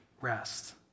rest